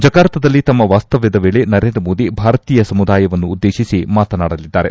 ಜಕಾರ್ತದಲ್ಲಿ ತಮ್ಮ ವಾಸ್ತವ್ಯದ ವೇಳೆ ನರೇಂದ್ರ ಮೋದಿ ಭಾರತೀಯ ಸಮುದಾಯವನ್ನುದ್ದೇಶಿಸಿ ಮಾತನಾಡಲಿದ್ದಾರೆ